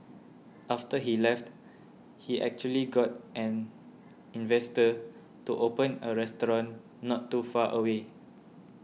after he left he actually got an investor to open a restaurant not too far away